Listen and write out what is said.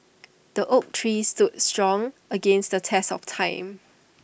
the oak tree stood strong against the test of time